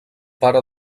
pare